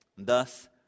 Thus